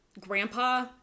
grandpa